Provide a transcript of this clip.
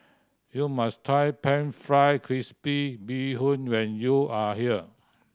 you must try Pan Fried Crispy Bee Hoon when you are here